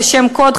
כשם קוד,